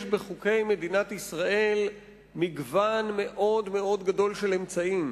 יש בחוקי מדינת ישראל מגוון מאוד גדול של אמצעים.